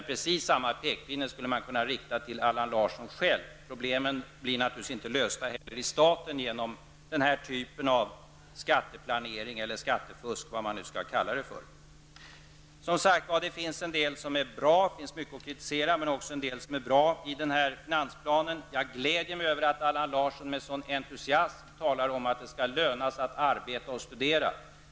Precis samma pekpinne skulle kunna riktas mot Allan Larsson själv. Statens problem löser man naturligtvis inte heller genom den här typen av skatteplanering eller skattefusk, vad man nu skall kalla det för. Som sagt: Det finns mycket att kritisera, men det finns också en del som är bra i den här finansplanen. Jag glädjer mig över att Allan Larsson nu med en sådan entusiasm talar om att det skall löna sig att arbeta och studera.